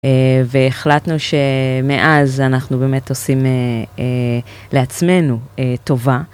והחלטנו שמאז אנחנו באמת עושים לעצמנו טובה.